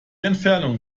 entfernung